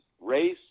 race